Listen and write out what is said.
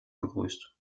begrüßt